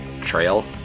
trail